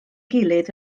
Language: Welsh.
gilydd